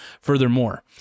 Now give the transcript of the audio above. Furthermore